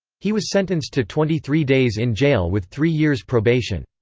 he was sentenced to twenty three days in jail with three years' probation.